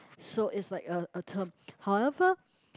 so it's like a a term however